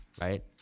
right